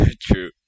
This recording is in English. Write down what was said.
True